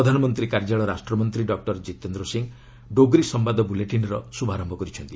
ପ୍ରଧାନମନ୍ତ୍ରୀ କାର୍ଯ୍ୟାଳୟ ରାଷ୍ଟ୍ରମନ୍ତ୍ରୀ ଡକ୍ଟର କିତେନ୍ଦ୍ର ସିଂହ ଡୋଗ୍ରୀ ସମ୍ଘାଦ ବୁଲେଟିନ୍ର ଶୁଭାରମ୍ଭ କରିଛନ୍ତି